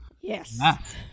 Yes